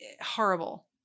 Horrible